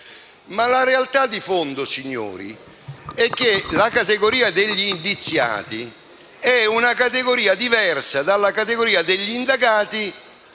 Ma la realtà di fondo, signori, è che la categoria degli indiziati è una categoria diversa rispetto a quella degli indagati